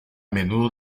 menudo